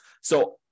So-